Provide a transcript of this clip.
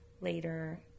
later